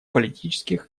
политических